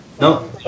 No